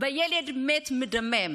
וילד מת, מדמם,